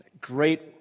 great